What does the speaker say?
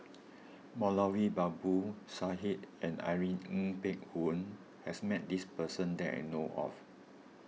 Moulavi Babu Sahib and Irene Ng Phek Hoong has met this person that I know of